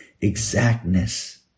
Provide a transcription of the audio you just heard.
exactness